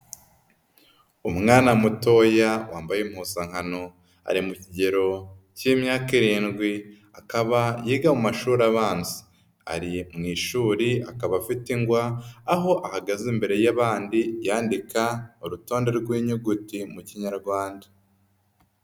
Umwana mutoya wambaye impuzankano ari mu kigero k'imyaka irindwi, akaba yiga amashuri abanza, ari mu ishuri, akaba afite ingwa aho ahagaze imbere y'abandi yandika urutonde rw'inyuguti mu Kinyarwanda.